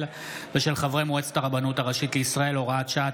ושל חברי מועצת הרבנות הראשית לישראל) (הוראת שעה),